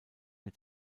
mit